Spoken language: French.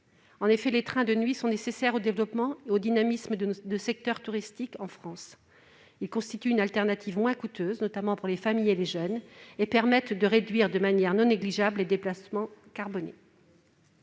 En effet, les trains de nuit sont nécessaires au développement et au dynamisme des secteurs touristiques de notre pays. Ils constituent une solution de substitution moins coûteuse, notamment pour les familles et les jeunes, et permettent de réduire, de manière non négligeable, les déplacements carbonés.